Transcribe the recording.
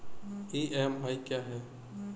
EMI क्या है?